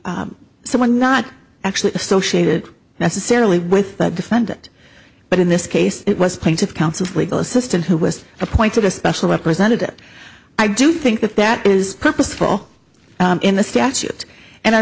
be someone not actually associated necessarily with the defendant but in this case it was plaintiff councils legal assistant who was appointed a special representative i do think that that is purposeful in the statute and i